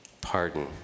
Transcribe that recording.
pardon